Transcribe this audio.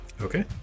Okay